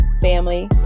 family